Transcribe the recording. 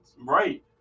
right